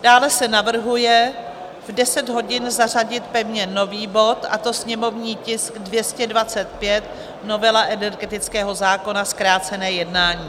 Dále se navrhuje v 10 hodin zařadit pevně nový bod, a to sněmovní tisk 225, novela energetického zákona, zkrácené jednání.